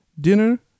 dinner